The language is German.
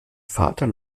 vater